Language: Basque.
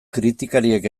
kritikariek